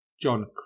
John